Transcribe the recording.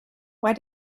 why